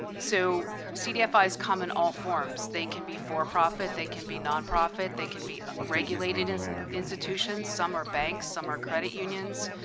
and so cdfis come in all forms. they can be for-profit. they can be nonprofit. they can be regulated and institutions. some are banks. some are credit unions.